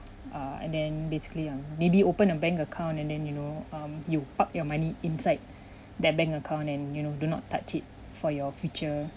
err and then basically um maybe open a bank account and then you know (um)you park your money inside that bank account and you know do not touch it for your future